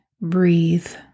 Breathe